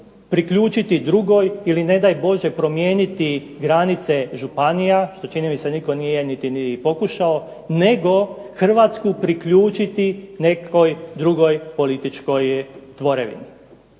priključiti drugoj ili ne daj Bože promijeniti granice županija, što čini mi se nitko nije niti pokušao nego hrvatsku priključiti nekoj drugoj političkoj tvorevini.